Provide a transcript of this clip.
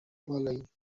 بالاییم